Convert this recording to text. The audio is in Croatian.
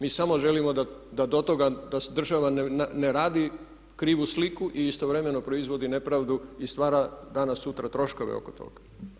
Mi samo želimo da to toga, da država ne radi krivu sliku i istovremeno proizvodi nepravdu i stvara danas sutra troškove oko toga.